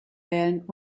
wählen